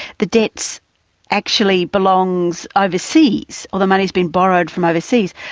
the debts actually belong overseas, or the money's been borrowed from overseas.